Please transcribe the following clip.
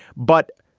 but.